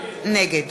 נגד